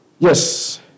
Yes